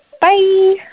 Bye